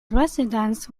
residents